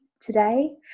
today